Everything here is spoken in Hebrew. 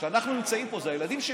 אנחנו נמצאים פה, זה הילדים שלי.